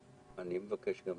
אין התייחסות